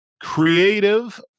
Creative